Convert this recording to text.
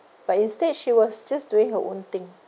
but instead she was just doing her own thing